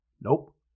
Nope